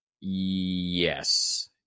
Yes